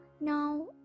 now